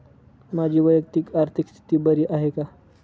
माझी वैयक्तिक आर्थिक स्थिती बरी आहे का?